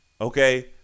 okay